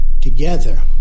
Together